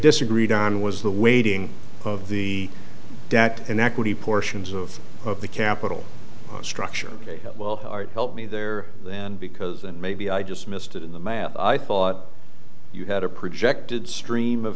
disagreed on was the weighting of the debt and equity portions of of the capital structure may well help me there then because and maybe i just missed it in the math i thought you had a projected stream of